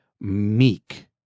meek